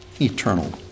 eternal